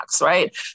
right